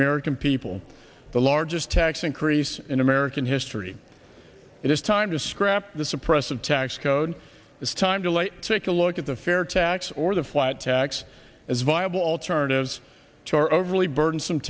american people the largest tax increase in american history it is time to scrap the suppressive tax code it's time to lay take a look at the fair tax or the flat tax as a viable alternatives to our overly burdensome